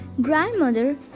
grandmother